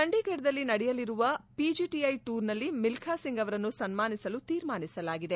ಚಂಡೀಗಢ್ ದಲ್ಲಿ ನಡೆಯಲಿರುವ PJTI tour ನಲ್ಲಿ ಮಿಲ್ವಾ ಸಿಂಗ್ ಅವರನ್ನು ಸನ್ಮಾನಿಸಲು ತೀರ್ಮಾನಿಸಲಾಗಿದೆ